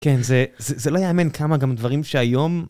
כן, זה לא יאמן כמה גם דברים שהיום...